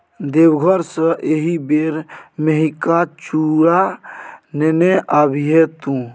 देवघर सँ एहिबेर मेहिका चुड़ा नेने आबिहे तु